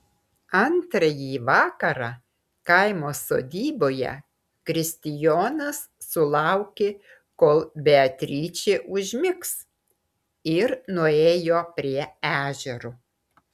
antrąjį vakarą kaimo sodyboje kristijonas sulaukė kol beatričė užmigs ir nuėjo prie ežero